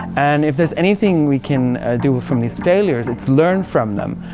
and if there's anything we can do from these failures it's learn from them.